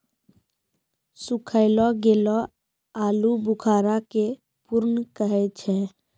सुखैलो गेलो आलूबुखारा के प्रून कहै छै